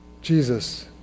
Jesus